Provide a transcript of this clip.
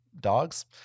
dogs